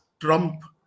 trump